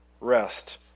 rest